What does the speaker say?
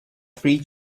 three